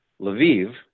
Lviv